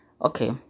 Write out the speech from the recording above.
Okay